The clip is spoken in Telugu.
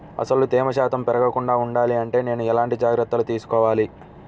అసలు తేమ శాతం పెరగకుండా వుండాలి అంటే నేను ఎలాంటి జాగ్రత్తలు తీసుకోవాలి?